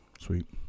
Sweet